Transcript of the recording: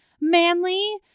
manly